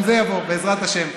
גם זה יבוא, בעזרת השם.